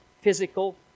physical